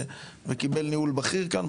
וקיבל ניהול בכיר כאן,